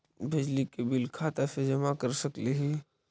बिजली के बिल भी खाता से जमा कर सकली ही?